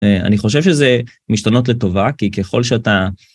אני חושב שזה משתנות לטובה, כי ככל שאתה...